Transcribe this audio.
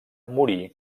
morí